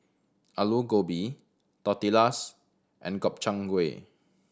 Alu Gobi Tortillas and Gobchang Gui